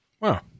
Wow